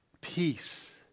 Peace